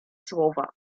słowa